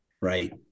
Right